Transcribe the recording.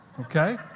Okay